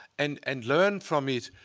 and and learn from it.